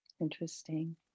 Interesting